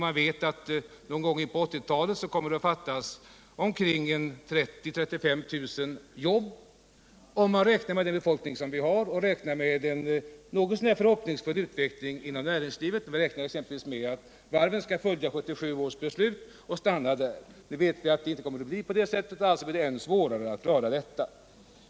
Man vet att det omkring 1983 kommer att fattas ca 30 000-35 000 jobb, om vi räknar med nuvarande befolkning och med en något så när förhoppningsfull utveckling inom näringslivet. Vi räknar exempelvis med att varven skall följa 1977 års beslut och stanna där. Vi vet att det inte kommer att bli på det sättet, och alltså blir det ännu svårare att klara detta.